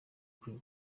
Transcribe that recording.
kuri